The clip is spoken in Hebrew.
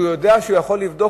הם יודעים שהם יכולים לבדוק,